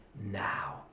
now